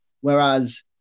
Whereas